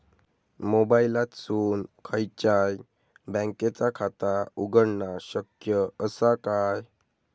मोबाईलातसून खयच्याई बँकेचा खाता उघडणा शक्य असा काय?